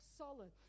solid